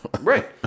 Right